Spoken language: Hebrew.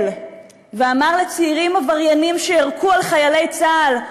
ואמר לצעירים עבריינים שירקו על חיילי צה"ל,